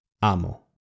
amo